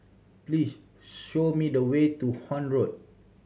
please show me the way to Horne Road